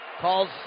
Calls